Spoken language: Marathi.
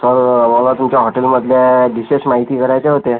सर मला तुमच्या हॉटेलमधल्या डिशेश् माहिती करायच्या होत्या